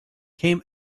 came